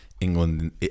England